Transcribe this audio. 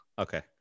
Okay